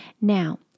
Now